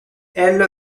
elle